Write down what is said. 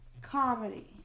Comedy